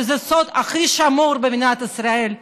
זה הסוד הכי שמור במדינת ישראל.